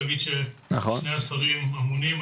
תאגיד ששני השרים אמונים,